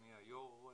אדוני היושב ראש.